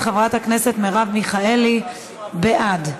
גברתי, לפרוטוקול, 32 בעד,